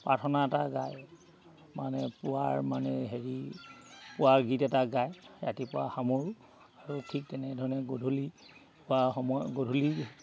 প্ৰাৰ্থনা এটা গায় মানে পুৱাৰ মানে হেৰি পুৱা গীত এটা গায় ৰাতিপুৱা সামৰো আৰু ঠিক তেনেধৰণে গধূলি পোৱা সময় গধূলি